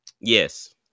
Yes